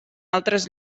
altres